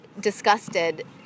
disgusted